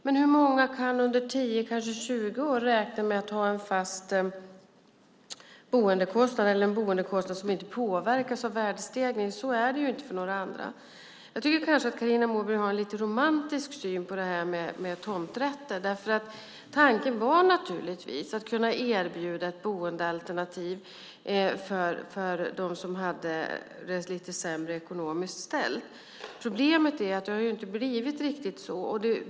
Men hur många kan under 10, kanske 20 år räkna med att ha en fast boendekostnad eller en boendekostnad som inte påverkas av värdestegringen? Så är det ju inte för några andra. Jag tycker kanske att Carina Moberg har en lite romantisk syn på tomrätter. Tanken var naturligtvis att man skulle kunna erbjuda ett boendealternativ för dem som hade det lite sämre ekonomiskt ställt. Problemet är att det inte har blivit riktigt så.